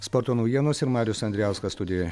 sporto naujienos ir marijus andrijauskas studijoje